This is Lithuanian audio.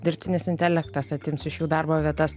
dirbtinis intelektas atims iš jų darbo vietas